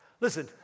Listen